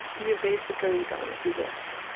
you basically don't exist.